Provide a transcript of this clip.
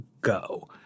go